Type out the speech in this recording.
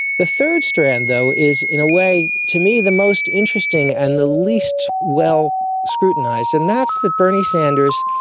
the third strand though is in a way to me the most interesting and the least well scrutinised, and that's the bernie sanders,